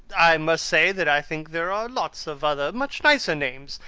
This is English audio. i must say that i think there are lots of other much nicer names.